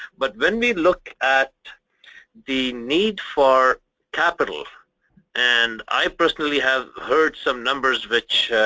but when we look at the need for capital and i personally have heard some numbers which